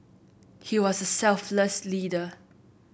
he was a selfless leader